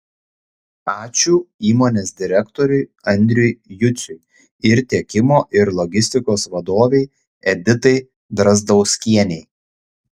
ačiū įmonės direktoriui andriui juciui ir tiekimo ir logistikos vadovei editai drazdauskienei